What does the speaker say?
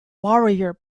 warrior